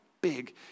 big